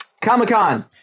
comic-con